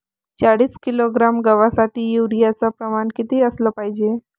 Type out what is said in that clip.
चाळीस किलोग्रॅम गवासाठी यूरिया च प्रमान किती असलं पायजे?